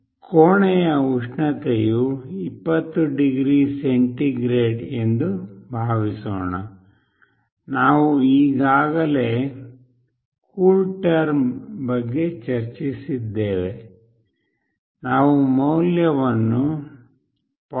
ಕೋಣೆಯ ಉಷ್ಣತೆಯು 20 degree centigrade ಎಂದು ಭಾವಿಸೋಣ ನಾವು ಈಗಾಗಲೇ ಕೂಲ್ಟೆರ್ಮ್ ಬಗ್ಗೆ ಚರ್ಚಿಸಿದ್ದೇವೆ ನಾವು ಮೌಲ್ಯವನ್ನು 0